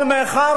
אבל מאחר